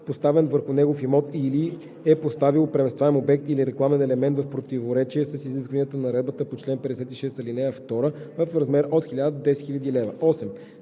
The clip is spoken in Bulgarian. поставен върху негов имот или е поставило преместваем обект или рекламен елемент в противоречие с изискванията на наредбата по чл. 56, ал. 2 – в размер от 1000 до 10 000 лв.; 8.